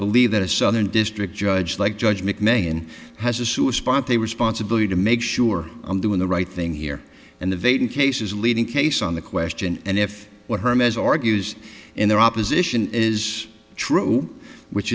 believe that a southern district judge like judge mcmahon has a sewer spot they responsibility to make sure i'm doing the right thing here and the vein cases leading case on the question and if what herms argues in their opposition is true which